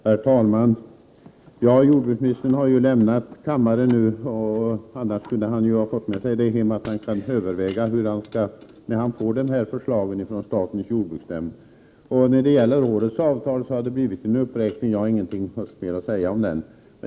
Herr talman! Jordbruksministern har ju lämnat kammaren, annars kunde han ha fått med sig budskapet att han kan överväga förslaget från statens jordbruksnämnd. I årets avtal har gjorts en uppräkning. Jag har inget mer att säga om den.